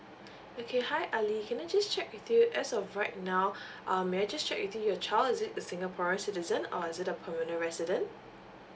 okay hi ali can I just check with you as of right now um may I just check with you your child is it the singaporean citizen or is it a permanent resident